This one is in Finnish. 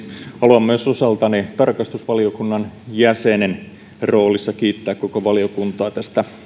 haluan myös osaltani tarkastusvaliokunnan jäsenen roolissa kiittää koko valiokuntaa tästä